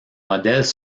modèles